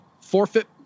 forfeit